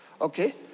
okay